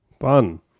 Fun